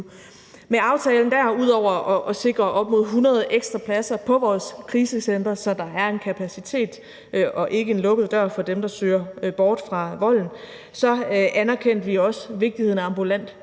Med aftalen, der udover at sikre op imod 100 ekstra pladser på vores krisecentre, så der er en kapacitet og ikke en lukket dør for dem, der søger bort fra volden, anerkendte vi også vigtigheden af ambulant